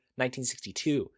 1962